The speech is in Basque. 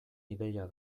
ideia